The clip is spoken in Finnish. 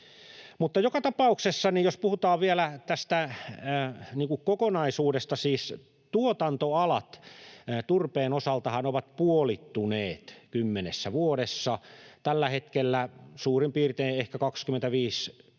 Joka tapauksessa, jos puhutaan vielä tästä kokonaisuudesta, tuotantoalat turpeen osaltahan ovat puolittuneet kymmenessä vuodessa. Tällä hetkellä suurin piirtein ehkä 25 000—30